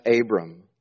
Abram